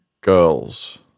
girls